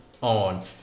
On